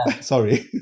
sorry